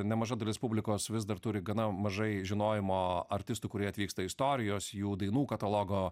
nemaža dalis publikos vis dar turi gana mažai žinojimo artistų kurie atvyksta istorijos jų dainų katalogo